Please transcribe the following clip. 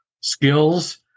skills